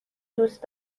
دوست